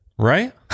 Right